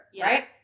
right